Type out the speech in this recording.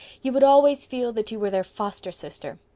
you would always feel that you were their foster sister.